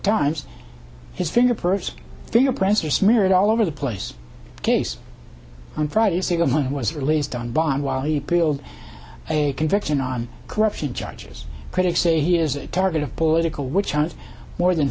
times his finger perves fingerprints are smeared all over the place case on friday see the man who was released on bond while you build a conviction on corruption charges critics say he is a target of political witch hunt more than